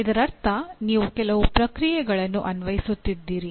ಇದರರ್ಥ ನೀವು ಕೆಲವು ಪ್ರಕ್ರಿಯೆಗಳನ್ನು ಅನ್ವಯಿಸುತ್ತಿದ್ದೀರಿ